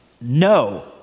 no